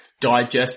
digest